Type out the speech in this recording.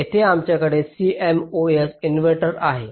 येथे आमच्याकडे CMOS inverter आहे